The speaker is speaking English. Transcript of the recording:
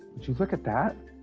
just look at that.